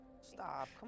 Stop